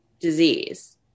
disease